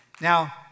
Now